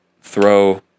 throw